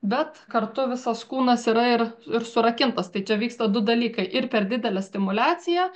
bet kartu visas kūnas yra ir ir surakintas tai čia vyksta du dalykai ir per didelę stimuliaciją